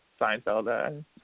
Seinfeld